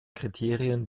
kriterien